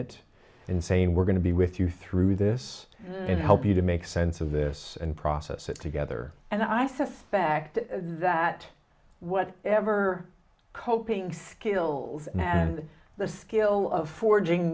it and saying we're going to be with you through this and help you to make sense of this and process it together and i suspect that what ever coping skills and the skill of forging